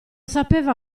sapeva